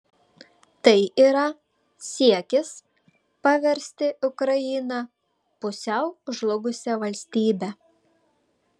tai yra siekis paversti ukrainą pusiau žlugusia valstybe